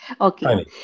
Okay